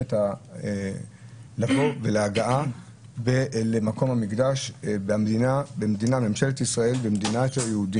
את ההגעה למקום המקדש במדינת היהודים.